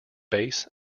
base